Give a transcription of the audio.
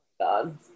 God